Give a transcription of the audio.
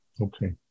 okay